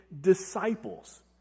disciples